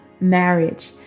marriage